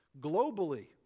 globally